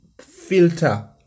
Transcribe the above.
filter